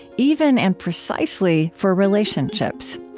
even and precisely for relationships.